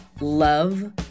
love